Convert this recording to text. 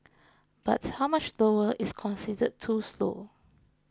but how much slower is considered too slow